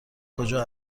کجا